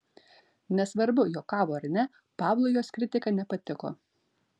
nesvarbu juokavo ar ne pablui jos kritika nepatiko